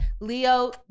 Leo